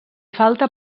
falta